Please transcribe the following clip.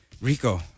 Rico